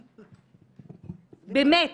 באמת,